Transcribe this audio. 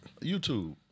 YouTube